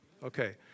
Okay